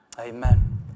Amen